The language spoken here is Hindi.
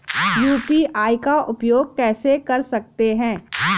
यू.पी.आई का उपयोग कैसे कर सकते हैं?